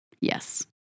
Yes